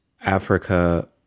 africa